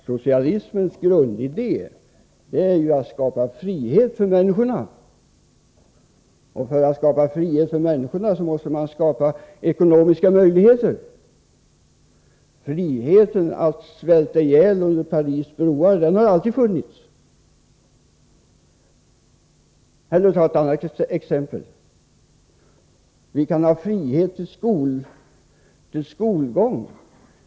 Socialismens grundidé är ju att frihet skall skapas för människorna, och för det behövs ekonomiska möjligheter. Friheten att svälta ihjäl under Paris broar har ju alltid funnits. Eller, för att ta ett annat exempel, vi kan ha frihet när det gäller skolgången.